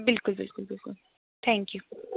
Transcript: बिल्कुल बिल्कुल बिल्कुल थैंक यू